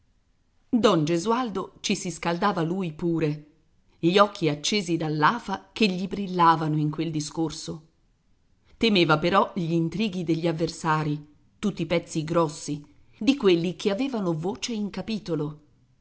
don gesualdo ci si scaldava lui pure gli occhi accesi dall'afa che gli brillavano in quel discorso temeva però gli intrighi degli avversari tutti pezzi grossi di quelli che avevano voce in capitolo